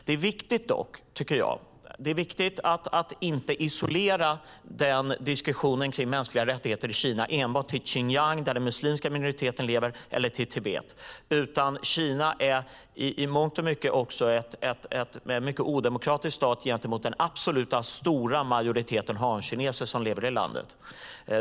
Det är dock viktigt att inte isolera diskussionen om mänskliga rättigheter i Kina enbart till Xinjiang, där den muslimska minoriteten lever, eller till Tibet, utan Kina är i mångt och mycket också en mycket odemokratisk stat gentemot den absoluta stora majoriteten hankineser som lever i landet.